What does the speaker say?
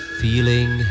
feeling